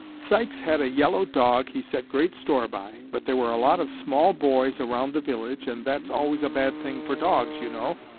sykes had a yellow dog he set great store by, but there were a lot of small boys around the village, and that's always a bad thing for dogs, you know.